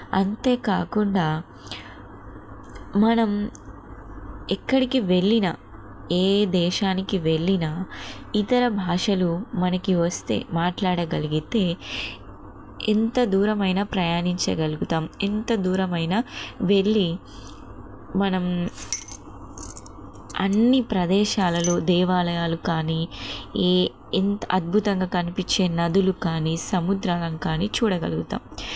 అంతేకాకుండా మనం ఎక్కడికి వెళ్ళిన ఏ దేశానికి వెళ్ళిన ఇతర భాషలు మనకి వస్తే మాట్లాడగలిగితే ఎంత దూరం అయిన ప్రయాణించగలుగుతాం ఎంత దూరం అయిన వెళ్ళి మనం అన్నీ ప్రదేశాలలో దేవాలయాలు కానీ ఈ ఇంత అద్భుతంగా కనిపించే నదులు కానీ సముద్రాలను కానీ చూడగలుగుతాం